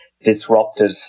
disrupted